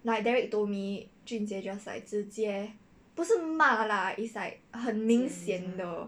like derrick told me jun jie just like 直接不是骂 lah it's like 很明显的